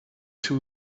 two